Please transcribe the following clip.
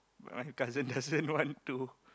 My cousin doesn't want to